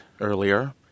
earlier